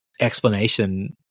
explanation